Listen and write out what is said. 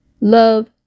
love